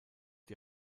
die